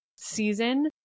season